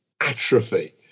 atrophy